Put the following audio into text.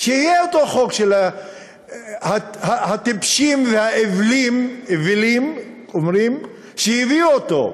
שיהיה אותו חוק של הטיפשים והאווילים שהביאו אותו,